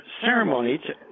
ceremony